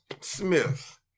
Smith